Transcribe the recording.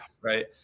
right